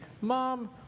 Mom